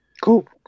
Cool